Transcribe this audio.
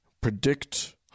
predict